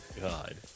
God